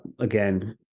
again